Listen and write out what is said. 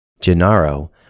Gennaro